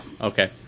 Okay